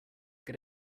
get